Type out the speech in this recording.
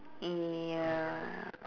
ya